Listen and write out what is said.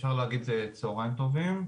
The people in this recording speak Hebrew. אפשר להגיד צוהריים טובים,